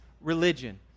religion